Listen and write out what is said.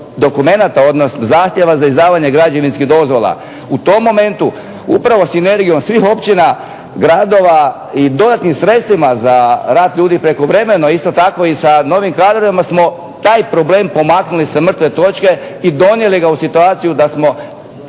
tisuću 200 je bilo zahtjeva za izdavanje građevinskih dozvola. U tom momentu upravo sinergijom svih općina, gradova i dodatnim sredstvima za rad ljudi prekovremeno, isto tako i sa novim kadrovima smo taj problem pomaknuli sa mrtve točke i donijeli ga u situaciju da smo